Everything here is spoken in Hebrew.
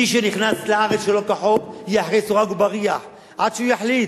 מי שנכנס לארץ שלא כחוק יהיה מאחורי סורג ובריח עד שהוא יחליט,